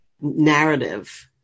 narrative